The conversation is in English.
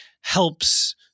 helps